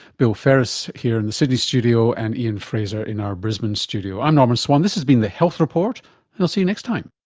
bill ferris here in the sydney studio, and ian frazer in our brisbane studio. i'm norman swan, this has been the health report, and i'll see you next time